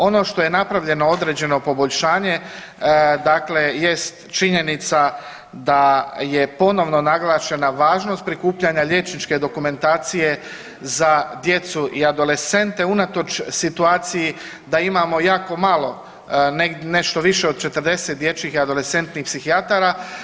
Ono što je napravljeno određeno poboljšanje jest činjenica da je ponovno naglašena važnost prikupljanja liječničke dokumentacije djecu i adolescente unatoč situaciji da imamo jako malo, nešto više od 40 dječjih i adolescentnih psihijatara.